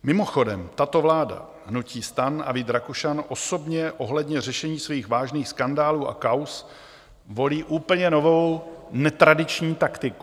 Mimochodem, tato vláda, hnutí STAN a Vít Rakušan osobně ohledně řešení svých vážných skandálů a kauz volí úplně novou, netradiční taktiku.